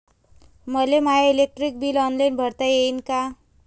मले my electric bill online भरता येईन का?